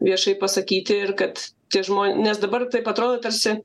viešai pasakyti ir kad tie žmo nes dabar taip atrodo tarsi